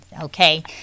okay